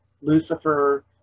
Lucifer